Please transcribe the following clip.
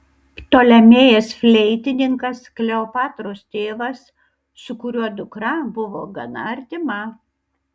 ptolemėjas fleitininkas kleopatros tėvas su kuriuo dukra buvo gana artima